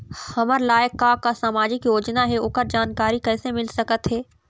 हमर लायक का का सामाजिक योजना हे, ओकर जानकारी कइसे मील सकत हे?